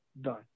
done